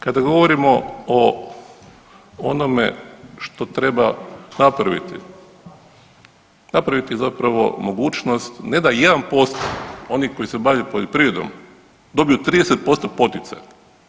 Kada govorimo o onome što treba napraviti, napraviti zapravo mogućnost, ne da 1% onih koji se bave poljoprivredom dobiju 30% poticaja.